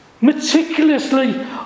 meticulously